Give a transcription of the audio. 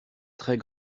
très